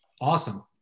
awesome